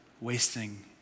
wasting